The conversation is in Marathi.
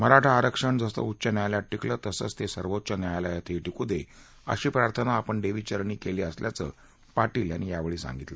मराठा आरक्षण जसं उच्च न्यायालयात टिकलं तसं सर्वोच्य न्यायालयातही टिकू दे अशी प्रार्थना आपण देवी चरणी केली असल्याचं पाटील यांनी यावेळी सांगितलं